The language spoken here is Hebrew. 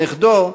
נכדו,